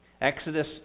Exodus